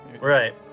Right